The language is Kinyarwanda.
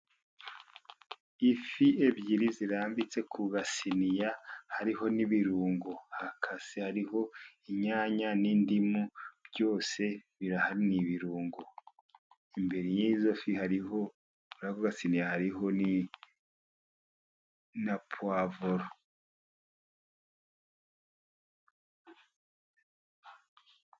Ifi ebyiri zirambitse ku gasiniya hariho n'ibirungo, hakase hariho inyanya n'indimu byose birahari ni ibirungo, imbere y'izo fi hariho, kuri ako gasiniya hariho na puwavuro.